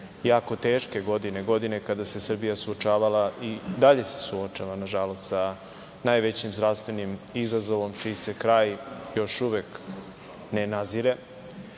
jako teške godine, godine kada se Srbija suočavala i dalje se suočava, nažalost, sa najvećim zdravstvenim izazovom, čiji se kraj još uvek ne nazire,